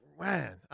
man